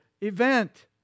event